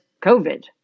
COVID